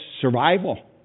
survival